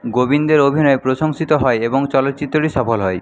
গোবিন্দের অভিনয় প্রশংসিত হয় এবং চলচ্চিত্রটি সফল হয়